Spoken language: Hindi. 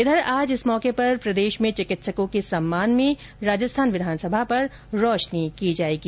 इधर आज इस मौके पर प्रदेश में चिकित्सकों के सम्मान में राजस्थान विधानसभा पर रोशनी की जाएगी